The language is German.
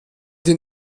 den